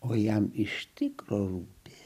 o jam iš tikro rūpi